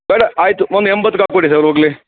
ಬೇಡ ಆಯಿತು ಒಂದು ಎಂಬತ್ತ್ಗೆ ಹಾಕಿಕೊಡಿ ಸರ್ ಹೋಗಲಿ